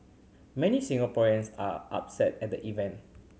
many Singaporeans are upset at the event